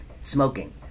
Smoking